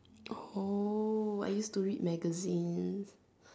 oh I used to read magazines